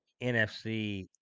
NFC